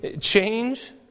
change